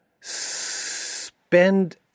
spend